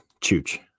chooch